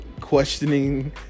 questioning